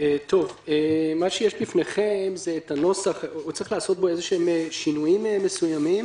צריך עוד לעשות שינויים מסוימים